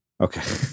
Okay